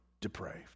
depraved